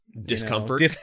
discomfort